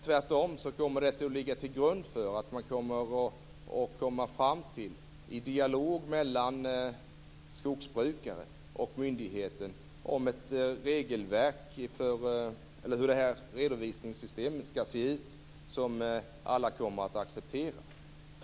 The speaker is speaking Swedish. Tvärtom kommer det att ligga till grund för att man i dialog mellan skogsbrukare och myndigheten kommer fram till ett redovisningssystem som alla kommer att acceptera.